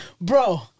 Bro